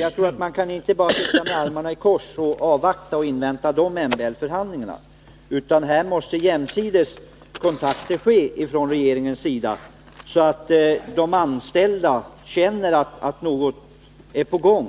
Jag tror inte att man bara kan sitta med armarna i kors och avvakta MBL-förhandlingar, utan jämsides måste kontakter tas från regeringens sida, så att de anställda känner att något är på